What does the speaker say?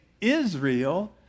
Israel